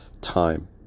time